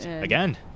Again